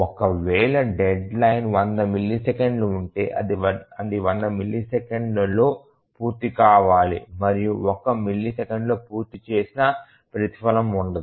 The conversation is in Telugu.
ఒక వేళ డెడ్ లైన్ 100 మిల్లీసెకన్లు ఉంటే అది 100 మిల్లీసెకన్లలో పూర్తి కావాలి మరియు 1 మిల్లీసెకన్లో పూర్తి చేసినా ప్రతిఫలం ఉండదు